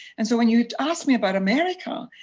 and so when you ask me about america,